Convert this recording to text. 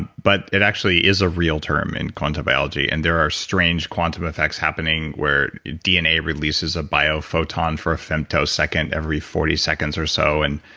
but it actually is a real term in quantum biology and there are strange quantum effects happening where dna releases a biophoton per a femtosecond every forty seconds or so, and